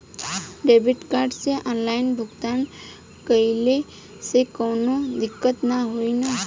Debit card से online भुगतान कइले से काउनो दिक्कत ना होई न?